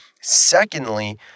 Secondly